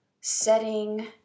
setting